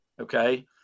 okay